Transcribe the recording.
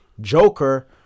Joker